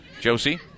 Josie